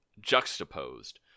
juxtaposed